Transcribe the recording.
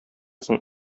соң